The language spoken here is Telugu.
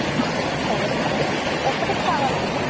సరేనండి ఎప్పటికి కావాలండి